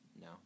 No